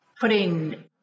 putting